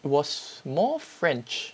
it was more french